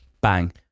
Bang